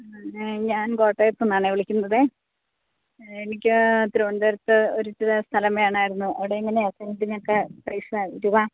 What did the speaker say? ഞാൻ കോട്ടയത്ത് നിന്നാണ് വിളിക്കുന്നത് എനിക്ക് തിരുവനന്തപുരത്ത് ഒരു ഇച്ചിരെ സ്ഥലം വേണമായിരുന്നു അവിടെ എങ്ങനെയാണ് സെൻ്റിനൊക്കെ പൈസ രൂപ